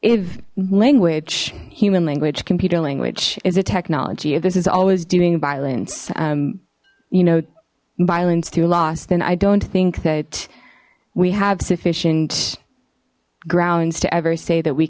if language human language computer language is a technology if this is always doing violence you know violence through lost and i don't think that we have sufficient grounds to ever say that we